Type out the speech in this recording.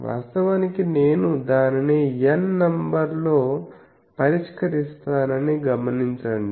వాస్తవానికి నేను దానిని N నంబర్లో పరిష్కరిస్తానని గమనించండి